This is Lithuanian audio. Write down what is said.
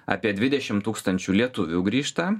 apie dvidešim tūkstančių lietuvių grįžta